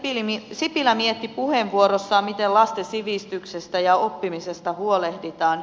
edustaja sipilä mietti puheenvuorossaan miten lasten sivistyksestä ja oppimisesta huolehditaan